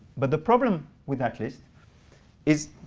but the problem with that list is